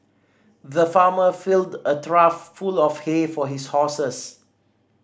the farmer filled a trough full of hay for his horses